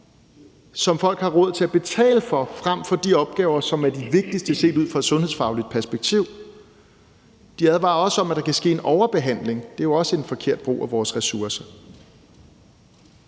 som folk har råd til at betale for, frem for på de opgaver, som er de vigtigste set ud fra et sundhedsfagligt perspektiv. De advarer også om, at der kan ske en overbehandling, og det er jo også en forkert brug af vores ressourcer.